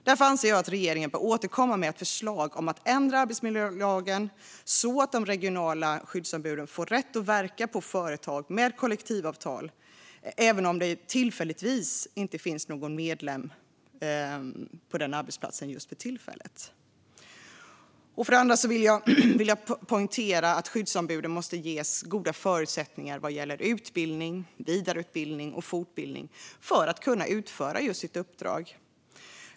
Därför anser jag att regeringen bör återkomma med ett förslag om att ändra arbetsmiljölagen så att de regionala skyddsombuden får rätt att verka på företag med kollektivavtal även om det vid just det tillfället inte finns någon medlem på arbetsplatsen. För det andra vill jag poängtera att skyddsombuden måste ges goda förutsättningar vad gäller utbildning, vidareutbildning och fortbildning för att de ska kunna utföra sitt uppdrag.